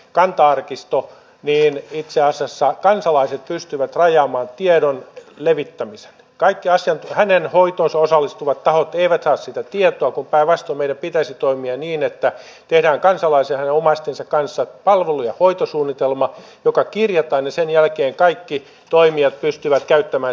kanta arkisto maamme historian kohtalonaikoja arvostavat kansalaiset pystyvät rajaamaan tiedon levittämissä kaikkea se on hänen hoitonsa luumäellä etelä karjalassa ja koko suomessa tuntevat sydämessään suurta kiitollisuutta siitä suopeudesta jota hallitus tätä arvokasta historiallista perintöä ja sen säilyttämistä kohtaan osoittaa